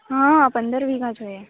હા પંદર વીઘા જોઈએ